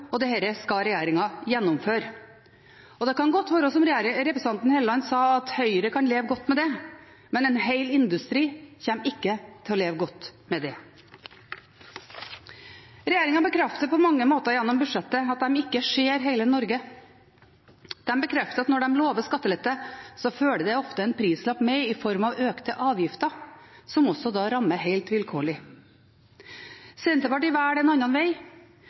om, og dette skal regjeringen gjennomføre. Det kan godt være som representanten Helleland sa, at Høyre kan leve godt med det. Men en hel industri kommer ikke til å leve godt med det. Regjeringen bekrefter på mange måter gjennom budsjettet at de ikke ser hele Norge. De bekrefter at når de lover skattelette, følger det ofte en prislapp med i form av økte avgifter, som også rammer helt vilkårlig. Senterpartiet velger en annen vei.